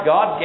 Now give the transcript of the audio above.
God